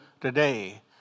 today